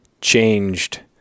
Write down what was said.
changed